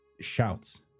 shouts